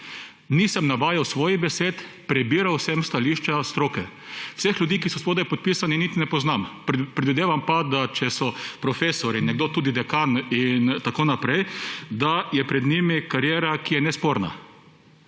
Nisem navajal svojih besed, prebiral sem stališča stroke. Vseh ljudi, ki so spodaj podpisani niti ne poznam, predvidevam pa, da če so profesorji, nekdo tudi dekan in tako naprej, da je pred njimi kariera, ki je nesporna.